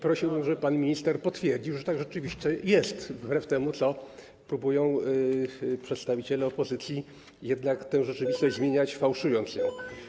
Prosiłbym, żeby pan minister potwierdził, że tak rzeczywiście jest, wbrew temu, co mówią przedstawiciele opozycji, którzy próbują tę rzeczywistość zmieniać, fałszując ją.